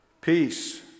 peace